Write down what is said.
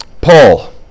Paul